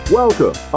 welcome